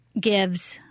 gives